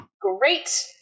Great